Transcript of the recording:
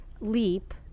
leap